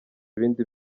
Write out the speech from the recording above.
ibindi